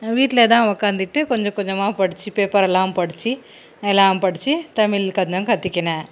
வீட்டில தான் உக்காந்துட்டு கொஞ்ச கொஞ்சமாக படிச்சு பேப்பரெல்லாம் படிச்சு எல்லாம் படிச்சு தமிழ் கொஞ்சம் கற்றுக்கின்னேன்